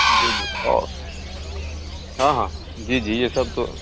जी जी और हाँ हाँ जी जी यह सब तो